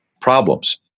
problems